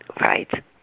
Right